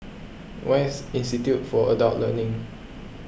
where is Institute for Adult Learning